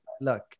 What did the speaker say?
look